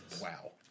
Wow